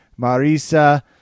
Marisa